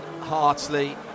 Hartley